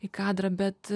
į kadrą bet